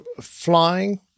flying